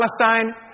Palestine